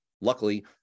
luckily